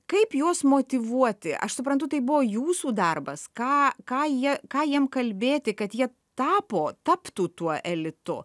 kaip juos motyvuoti aš suprantu tai buvo jūsų darbas ką ką jie ką jiem kalbėti kad jie tapo taptų tuo elitu